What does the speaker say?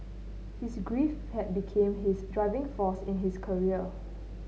his grief had become his driving force in his career